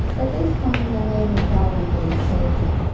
that these common behaviours are indeed crazy?